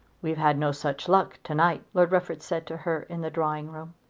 we've had no such luck to-night, lord rufford said to her in the drawing-room.